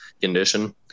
condition